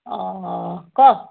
অঁ ক